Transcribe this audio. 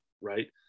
right